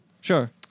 Sure